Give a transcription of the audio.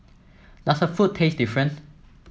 does her food taste different